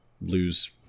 lose